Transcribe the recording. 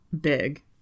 big